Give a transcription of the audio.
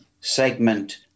segment